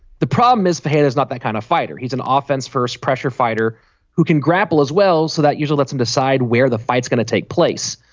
the problem is hey there's not that kind of fighter. he's an offense first pressure fighter who can grapple as well so that you will let him decide where the fight is going to take place.